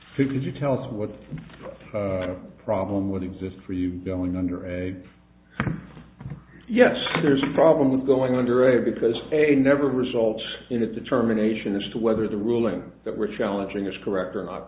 you tell us what the problem would exist for you going under a yes there's a problem with going under a because a never results in a determination as to whether the ruling that we're challenging is correct